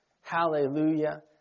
Hallelujah